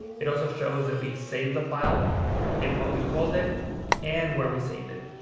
it also shows that we saved the file and what we called it and where we saved it.